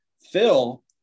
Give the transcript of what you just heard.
Phil